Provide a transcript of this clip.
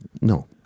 No